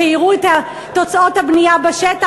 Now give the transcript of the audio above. שיראו את תוצאות הבנייה בשטח,